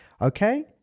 Okay